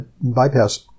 bypass